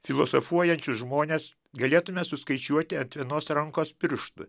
filosofuojančius žmones galėtume suskaičiuoti ant vienos rankos pirštų